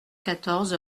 quatorze